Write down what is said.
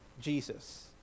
Jesus